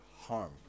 harm